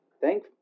Thank